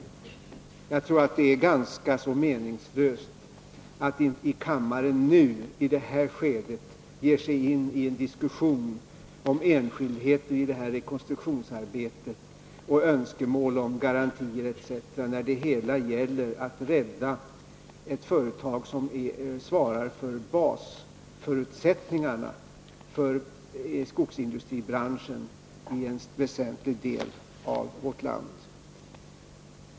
Jag tror det är ganska meningslöst att i det här skedet ge sig in i en diskussion i kammaren om enskildheter i rekonstruktionsarbetet och önskemål om garantier etc. Det gäller ju att rädda ett företag som svarar för basförutsättningarna för skogsindustribranschen i en väsentlig del av vårt land.